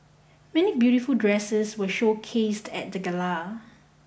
many beautiful dresses were showcased at the gala